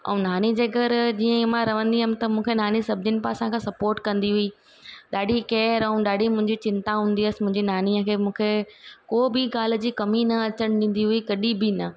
ऐं नानी जे घरु जींअ ई मां रहंदी हुअमि त मूंखे नानी सभिनिन पासां खां सपोट कंदी हुई ॾाढी केअर ऐं ॾाढी मुंहिंजी चिंता हूंदी हुअसि मुंहिंजी नानीअ खे मूंखे को बि ॻाल्हि जी कमी न अचणु ॾींदी हुई कॾहिं बि न